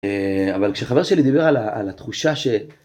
אבל כשחבר שלי דיבר על ה.. על התחושה ש...